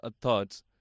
thoughts